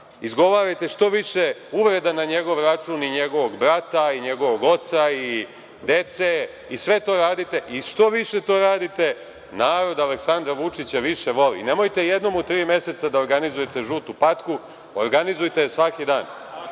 izgovarajte što više uvreda na njegov račun i njegovog brata i njegovog oca i dece i sve to radite. Što više to radite, narod Aleksandra Vučića više voli. Nemojte jednom u tri meseca da organizujete „žutu patku“. Organizujte je svaki dan.